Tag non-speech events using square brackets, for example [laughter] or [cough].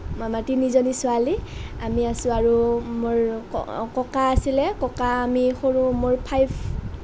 আমাৰ তিনিজনী ছোৱালী আমি আছোঁ আৰু মোৰ [unintelligible] ককা আছিলে ককা আমি সৰু মোৰ ফাইভ